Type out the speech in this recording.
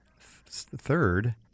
third